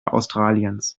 australiens